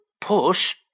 push